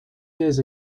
years